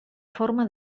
forma